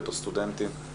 סטודנטיות.